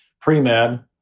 pre-med